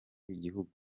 igihugu